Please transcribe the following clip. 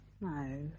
No